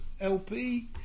LP